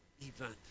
event